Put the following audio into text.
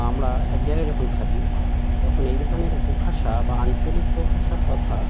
আমরা এক জায়গায় যখন থাকি তখন এই ধরনের উপভাষা বা আঞ্চলিক উপভাষার কথা